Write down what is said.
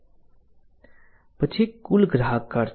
પછી કુલ ગ્રાહક ખર્ચ છે